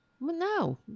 No